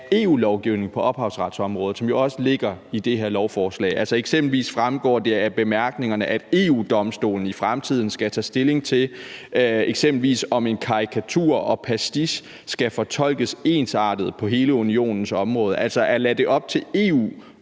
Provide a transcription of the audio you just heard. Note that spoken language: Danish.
EU-lovgivningen på ophavsretsområdet, som jo også ligger i det her lovforslag. Altså, eksempelvis fremgår det af bemærkningerne, at EU-Domstolen i fremtiden skal tage stilling til, om eksempelvis en karikatur og en pastiche skal fortolkes ensartet på hele Unionens område, altså at det lades op til EU